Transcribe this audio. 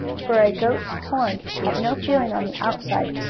for a goat's horns have no feeling on the outside,